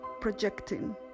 projecting